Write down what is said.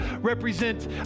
represent